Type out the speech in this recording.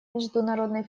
международной